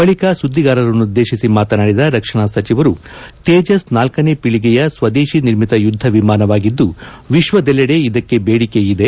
ಬಳಿಕ ಸುದ್ದಿಗಾರರನ್ನುದ್ದೇತಿಸಿ ಮಾತನಾಡಿದ ರಕ್ಷಣಾ ಸಚಿವರು ತೇಜಸ್ ನಾಲ್ಕನೇ ಪೀಳಿಗೆಯ ಸ್ವದೇಶಿ ನಿರ್ಮಿತ ಯುಧ್ಧ ವಿಮಾನವಾಗಿದ್ದು ವಿಶ್ವದೆಲ್ಲೆಡೆ ಇದಕ್ಕೆ ಬೇಡಿಕೆ ಇದೆ